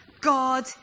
God